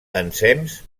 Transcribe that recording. ensems